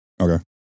Okay